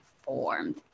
formed